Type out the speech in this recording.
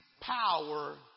power